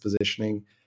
positioning